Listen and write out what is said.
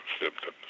symptoms